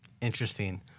Interesting